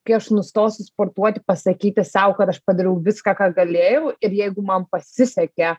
kai aš nustosiu sportuoti pasakyti sau kad aš padariau viską ką galėjau ir jeigu man pasisekė